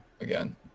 again